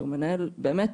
שהוא מנהל שבאמת,